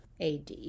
AD